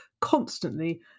constantly